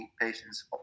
patients